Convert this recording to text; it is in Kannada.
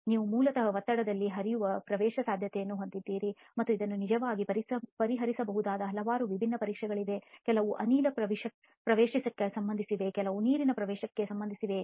ನೀವು ಮೂಲತಃ ಒತ್ತಡದಲ್ಲಿ ಹರಿಯುವ ಪ್ರವೇಶಸಾಧ್ಯತೆಯನ್ನು ಹೊಂದಿದ್ದೀರಿ ಮತ್ತು ಇದನ್ನು ನಿಜವಾಗಿ ಪರಿಹರಿಸಬಹುದಾದ ಹಲವಾರು ವಿಭಿನ್ನ ಪರೀಕ್ಷೆಗಳಿವೆ ಕೆಲವು ಅನಿಲ ಪ್ರವೇಶಕ್ಕೆ ಸಂಬಂಧಿಸಿವೆ ಕೆಲವು ನೀರಿನ ಪ್ರವೇಶಕ್ಕೆ ಸಂಬಂಧಿಸಿವೆ